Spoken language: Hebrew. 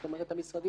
זאת אומרת המשרדים